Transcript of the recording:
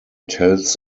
tells